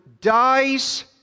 dies